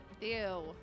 Ew